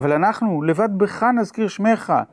אבל אנחנו לבד בך נזכיר שמך.